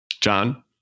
John